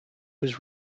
was